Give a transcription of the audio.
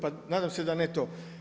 Pa nadam se da ne to.